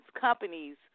companies